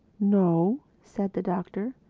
no, said the doctor,